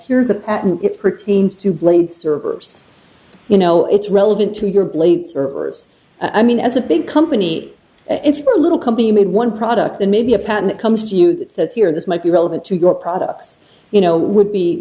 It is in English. here's a patent it pertains to blade servers you know it's relevant to your blade servers i mean as a big company it's a little company made one product that maybe a patent comes to you that says here this might be relevant to your products you know would be